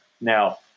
now